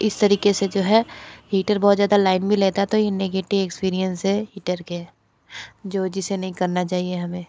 इस तरीके से जो है हीटर बहुत ज़्यादा लाइन भी लेता तो ये नेगेटी एक्सपिरीएन्स है हिटर के जो जिसे नहीं करना चाहिए हमें